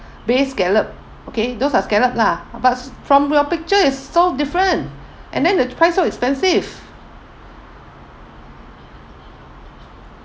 base scallop okay those are scallop lah but from your picture is so different and then the price so expensive